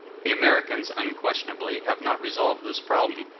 the americans, unquestionably, have not resolved this problem,